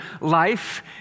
life